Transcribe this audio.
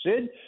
Sid